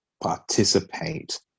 participate